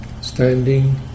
Standing